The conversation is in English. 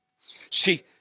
See